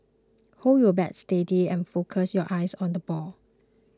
hold your bat steady and focus your eyes on the ball